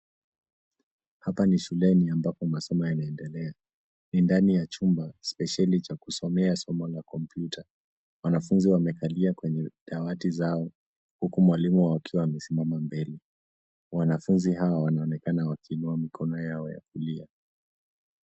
Hapa ni shuleni ambapo masomo yanaendelea. Ni ndani ya chumba spesheli cha kusomea somo la kompyuta. Wanafunzi wamekalia kwenye dawati zao huku mwalimu akiwa amesimama mbele. Wanafunzi hawa wanaonekana wakiinua mikono yao ya kulia.